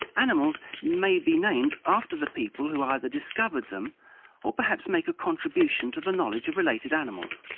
animals may be named after the people who either discovered them or perhaps make a contribution to the knowledge of related animals.